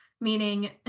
meaning